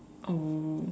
oh